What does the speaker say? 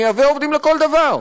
ונייבא עובדים לכל דבר.